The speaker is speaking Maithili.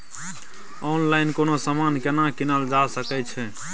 ऑनलाइन कोनो समान केना कीनल जा सकै छै?